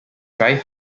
drive